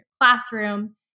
classroom